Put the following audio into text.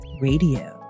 Radio